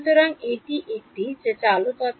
সুতরাং এটি একটি যা চালকতা